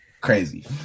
crazy